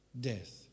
death